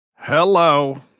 Hello